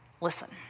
Listen